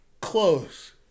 Close